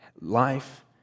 life